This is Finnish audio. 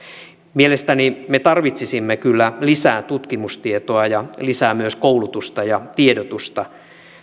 mielestäni me tarvitsisimme kyllä lisää tutkimustietoa ja lisää myös koulutusta ja tiedotusta